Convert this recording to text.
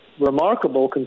remarkable